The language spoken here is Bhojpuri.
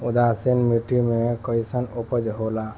उदासीन मिट्टी में कईसन उपज होला?